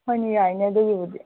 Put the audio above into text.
ꯍꯣꯏꯅꯦ ꯌꯥꯏꯌꯦ ꯑꯗꯨꯒꯤꯕꯨꯗꯤ